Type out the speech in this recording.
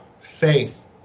faith